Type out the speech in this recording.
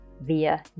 via